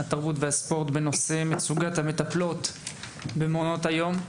התרבות והספורט בנושא: מצוקת המטפלות במעונות היום.